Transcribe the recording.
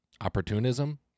Opportunism